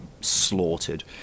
slaughtered